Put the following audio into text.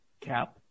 Cap